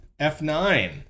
F9